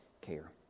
care